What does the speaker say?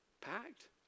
packed